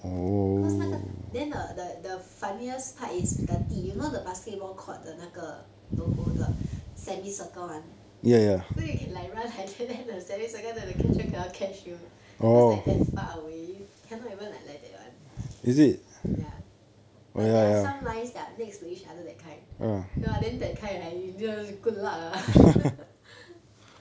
because 那个 then the the the funniest part is the 地 you know the basketball court the 那个 logo the semicircle [one] so you can like run like that then the semicircle the catcher cannot even catch you because like damn far away cannot even like that [one] ya but there are some lines that are next to each other that kind ya then that kind good luck ah